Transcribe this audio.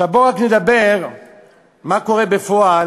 עכשיו בואו ורק נדבר מה קורה בפועל